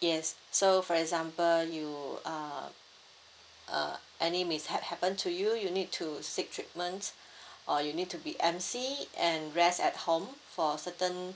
yes so for example you uh uh any mishap happen to you you need to seek treatment or you need to be M_C and rest at home for a certain